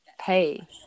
pay